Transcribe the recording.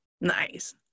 Nice